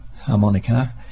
harmonica